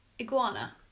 Iguana